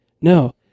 no